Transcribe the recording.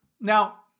Now